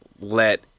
let